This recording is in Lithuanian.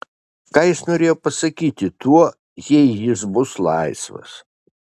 ką jis norėjo pasakyti tuo jei jis bus laisvas